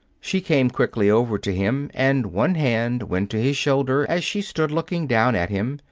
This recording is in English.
she came quickly over to him, and one hand went to his shoulder as she stood looking down at him,